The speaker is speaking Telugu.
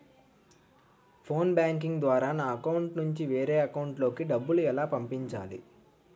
ఫోన్ బ్యాంకింగ్ ద్వారా నా అకౌంట్ నుంచి వేరే అకౌంట్ లోకి డబ్బులు ఎలా పంపించాలి?